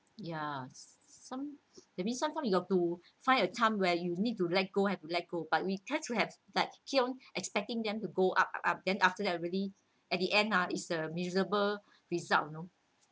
ya some maybe sometimes you got to find a chance where you need to let go have to let go but we tend to have like Keung expecting them to go up then after that really at the end ah is a miserable result you know